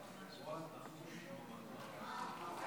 תודה